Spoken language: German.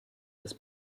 das